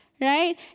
Right